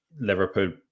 Liverpool